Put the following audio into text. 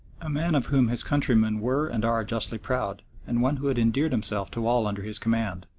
a man of whom his countrymen were and are justly proud, and one who had endeared himself to all under his command,